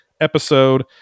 episode